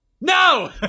No